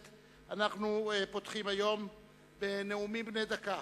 שעה 16:00 תוכן העניינים נאומים בני דקה